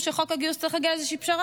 של חוק הגיוס צריך להגיע לאיזו פשרה.